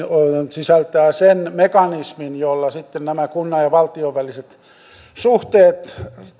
sisältää sen mekanismin jolla sitten nämä kunnan ja valtion väliset suhteet